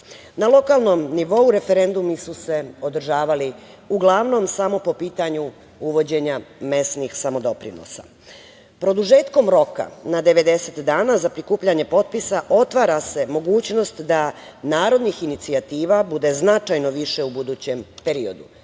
lokalnom nivou referendumi su se održavali uglavnom samo po pitanju uvođenja mesnih samodoprinosa. Produžetkom roka na 90 dana za prikupljanje potpisa otvara se mogućnost da narodnih inicijativa bude značajno više u budućem periodu.